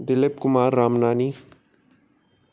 Dilip Kumar Ramnani